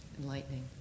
enlightening